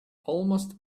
almost